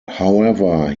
however